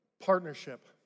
partnership